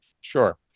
sure